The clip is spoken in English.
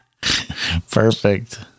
Perfect